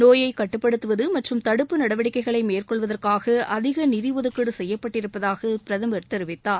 நோயை கட்டுப்படுத்துவது மற்றும் தடுப்பு நடவடிக்கைகளை மேற்கொள்வதற்காக அதிக நிதி ஒதுக்கீடு செய்யப்பட்டிருப்பதாக பிரதமர் தெரிவித்தார்